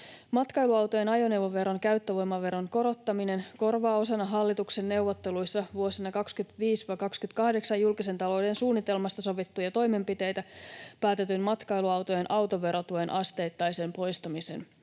Matkailuautojen ajoneuvoveron käyttövoimaveron korottaminen korvaa osana hallituksen neuvotteluissa vuosien 2025—2028 julkisen talouden suunnitelmasta sovittuja toimenpiteitä päätetyn matkailuautojen autoverotuen asteittaisen poistamisen.